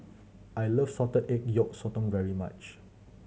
I like salted egg yolk sotong very much